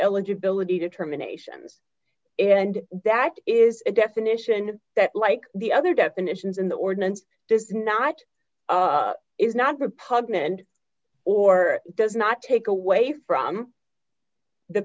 eligibility determinations and that is a definition that like the other definitions in the ordinance does not is not repugnant and or does not take away from the